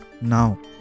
now